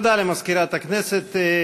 תודה למזכירת הכנסת.